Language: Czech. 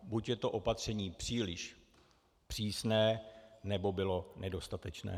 Buď je to opatření příliš přísné, nebo bylo nedostatečné.